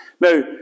Now